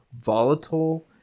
volatile